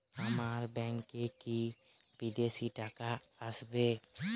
আমার ব্যংকে কি বিদেশি টাকা আসবে?